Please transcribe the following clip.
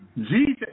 Jesus